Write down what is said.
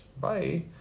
Bye